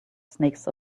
snakes